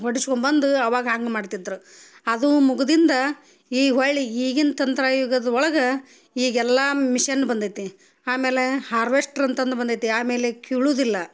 ಹೊಡಿಸ್ಕೊಂಡು ಬಂದು ಆವಾಗ ಹಂಗೆ ಮಾಡ್ತಿದ್ರು ಅದು ಮುಗ್ದಿಂದ ಈ ಹೊಳಿ ಈಗಿನ ತಂತರ ಯುಗದ ಒಳಗೆ ಈಗೆಲ್ಲ ಮಿಷನ್ ಬಂದೈತಿ ಆಮೇಲೆ ಹಾರ್ವೆಸ್ಟ್ರ್ ಅಂತಂದು ಬಂದೈತಿ ಆಮೇಲೆ ಕೀಳುದಿಲ್ಲ